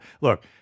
Look